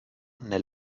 nel